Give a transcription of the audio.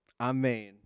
amen